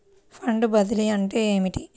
Fund బదిలీ అంటే ఏమిటి?